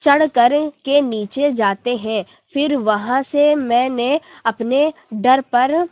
چڑھ کر کے نیچے جاتے ہیں پھر وہاں سے میں نے اپنے ڈر پر